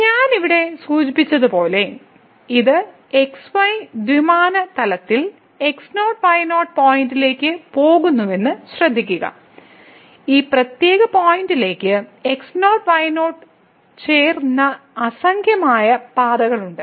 ഞാൻ ഇവിടെ സൂചിപ്പിച്ചതുപോലെ ഇത് x y ദ്വിമാന തലത്തിൽ x0y0 പോയിന്റിലേക്ക് പോകുന്നുവെന്നത് ശ്രദ്ധിക്കുക ഈ പ്രത്യേക പോയിന്റിലേക്ക് x0 y0 ചേരുന്ന അസംഖ്യമായ പാതകളുണ്ട്